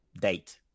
date